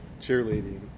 cheerleading